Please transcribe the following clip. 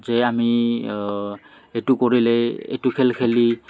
যে আমি এইটো কৰিলে এইটো খেল খেলি